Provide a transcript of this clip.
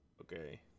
Okay